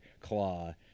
claw